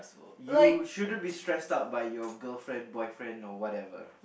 you shouldn't be stressed out by your girlfriend boyfriend or whatever